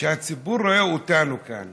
כשהציבור רואה אותנו כאן